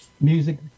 music